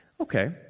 Okay